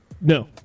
no